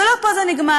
ולא פה זה נגמר,